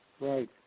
right